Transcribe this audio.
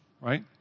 right